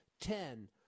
Ten